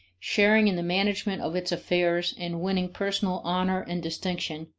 sharing in the management of its affairs and winning personal honor and distinction,